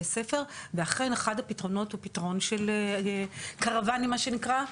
ספר ואכן אחד הפתרונות הוא פתרון של קרוונים מה שנקרא,